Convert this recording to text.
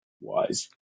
wise